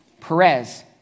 Perez